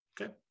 Okay